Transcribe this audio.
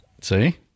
See